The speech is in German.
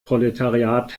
proletariat